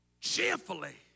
cheerfully